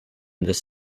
this